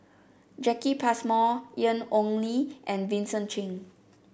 Jacki Passmore Ian Ong Li and Vincent Cheng